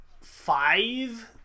five